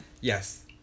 Yes